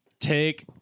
take